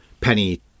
Penny